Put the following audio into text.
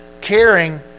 caring